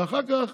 ואחר כך